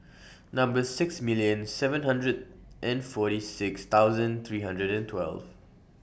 Number six million seven hundred and forty six thousand three hundred and twelve